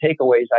takeaways